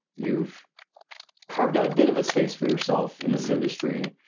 you've carved out a bit of a space for yourself in this industry,